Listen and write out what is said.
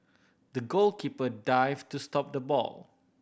the goalkeeper dived to stop the ball